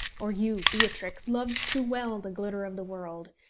or you beatrix loved too well the glitter of the world,